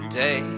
day